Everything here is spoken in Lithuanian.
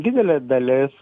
didelė dalis